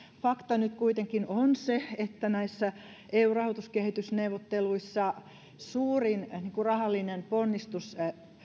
fakta nyt kuitenkin on se että näissä eun rahoituskehysneuvotteluissa suurin rahallinen ponnistus